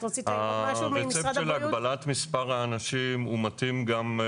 הרצפט של הגבלת מספר האנשים מקל עליי.